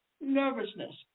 nervousness